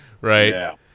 Right